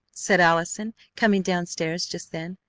said allison, coming down-stairs just then.